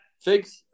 figs